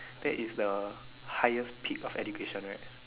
that is the highest peak of education right